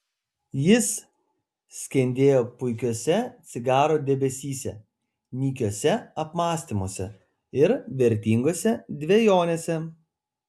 jis skendėjo puikiuose cigaro debesyse nykiuose apmąstymuose ir vertingose dvejonėse